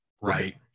right